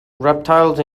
reptiles